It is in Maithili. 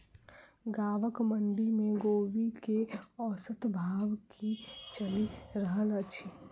गाँवक मंडी मे कोबी केँ औसत भाव की चलि रहल अछि?